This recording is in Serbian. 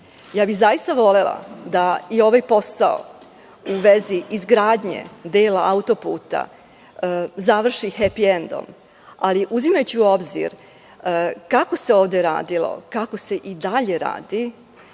bih da se i ovaj posao u vezi izgradnje dela autoputa završi hepi endom, ali uzimajući u obzir kako se ovde radilo, kako se i dalje radi,